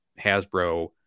Hasbro